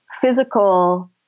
physical